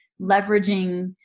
leveraging